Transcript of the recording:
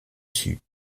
sue